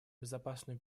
безопасную